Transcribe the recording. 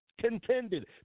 Contended